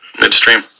midstream